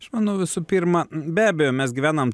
aš manau visų pirma be abejo mes gyvenam